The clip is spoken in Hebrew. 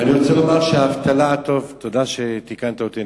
תודה שתיקנת אותי.